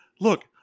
look